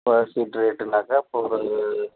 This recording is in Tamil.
ஸ்கொயர் ஃபீட் ரேட்டுனாக்கா இப்போ ஒரு